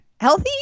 healthy